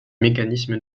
mécanisme